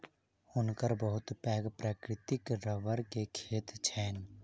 हुनकर बहुत पैघ प्राकृतिक रबड़ के खेत छैन